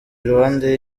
iruhande